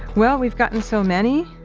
well, we've gotten so many,